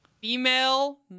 Female